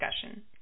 discussion